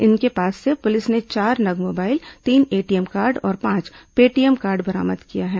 इनके पास से पुलिस ने चार नग मोबाइल फोन तीन एटीएम कार्ड और पांच पेटीएम कार्ड बरामद किया है